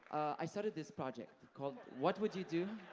i started this project called what would you do,